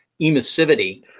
emissivity